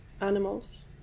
animals